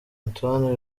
antoine